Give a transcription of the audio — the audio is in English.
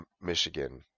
Michigan